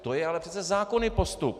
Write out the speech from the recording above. To je ale přece zákonný postup.